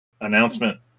announcement